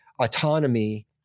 autonomy